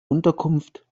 unterkunft